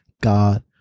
God